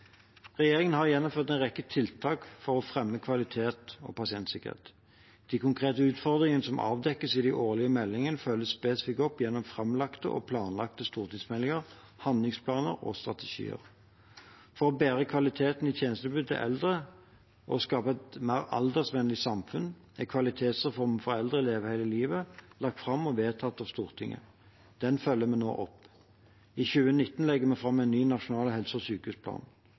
Regjeringen har gjennomført en rekke tiltak for å fremme kvalitet og pasientsikkerhet. De konkrete utfordringene som avdekkes i den årlige meldingen, følges spesifikt opp gjennom framlagte og planlagte stortingsmeldinger, handlingsplaner og strategier. For å bedre kvaliteten i tjenestetilbudet til eldre og skape et mer aldersvennlig samfunn er kvalitetsreformen for eldre – Leve hele livet – lagt fram og vedtatt av Stortinget. Den følger vi nå opp. I 2019 legger vi fram en ny nasjonal helse- og sykehusplan.